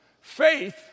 Faith